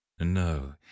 No